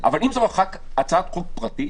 אבל זו הצעת חוק פרטית,